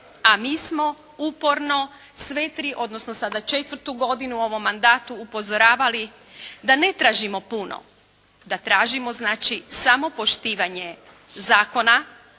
A mi smo uporno sve tri, odnosno sada 4. godinu u ovom mandatu upozoravali da ne tražimo puno, da tražimo znači samo poštivanje zakona